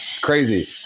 Crazy